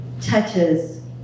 touches